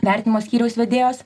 vertinimo skyriaus vedėjos